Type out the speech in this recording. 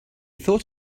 thought